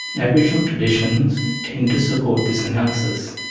aboriginal traditions tend to support this analysis.